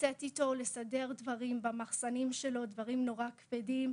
לצאת איתו ולסדר דברים במחסנים שלו דברים נורא כבדים.